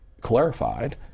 clarified